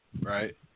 right